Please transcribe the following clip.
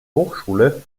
hochschule